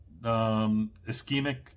ischemic